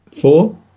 Four